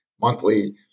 monthly